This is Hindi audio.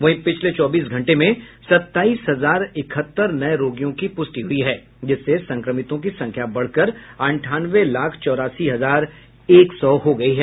वहीं पिछले चौबीस घंटे में सत्ताईस हजार इकहत्तर नये रोगियों की प्रष्टि हुई है जिससे संक्रमितों की संख्या बढ़कर अंठानवे लाख चौरासी हजार एक सौ हो गई है